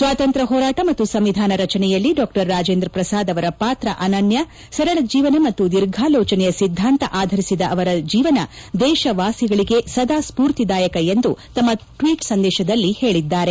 ಸ್ವಾತಂತ್ರ್ಯ ಹೋರಾಟ ಮತ್ತು ಸಂವಿಧಾನ ರಚನೆಯಲ್ಲಿ ಡಾ ರಾಜೇಂದ್ರ ಪ್ರಸಾದ್ ಅವರ ಪಾತ್ರ ಅನ್ನನ್ನ ಸರಳ ಜೀವನ ಮತ್ತು ದೀರ್ಘಾಲೋಚನೆಯ ಸಿದ್ದಾಂತ ಆಧರಿಸಿದ ಅವರ ಜೀವನ ದೇಶವಾಸಿಗಳಿಗೆ ಸದಾ ಸ್ವೂರ್ತಿದಾಯಕವಾಗಿದೆ ಎಂದು ಪ್ರಧಾನಮಂತ್ರಿ ತಮ್ನ ಟ್ವೀಟ್ ಸಂದೇಶದಲ್ಲಿ ತಿಳಿಸಿದ್ದಾರೆ